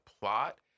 plot